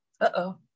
uh-oh